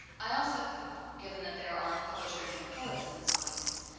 i also hope given that there are publishers and poets in this audience,